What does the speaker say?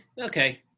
okay